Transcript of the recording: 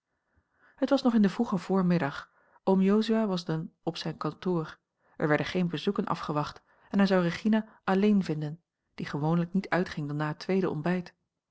het was nog in den vroegen voormiddag oom jozua was dan op zijn kantoor er werden geene bezoeken afgewacht en hij zou regina alleen vinden die gewoonlijk niet uitging dan na het tweede ontbijt